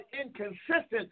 inconsistent